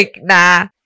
nah